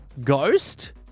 ghost